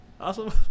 awesome